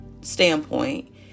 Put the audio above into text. standpoint